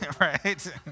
Right